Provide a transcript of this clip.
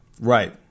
Right